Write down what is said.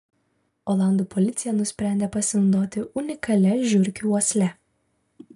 olandų policija nusprendė pasinaudoti unikalia žiurkių uosle